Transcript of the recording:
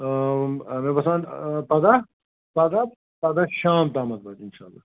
مےٚ باسان آ پَگاہ پَگاہ پَگاہ شام تام واتہٕ اِنشاء اللہ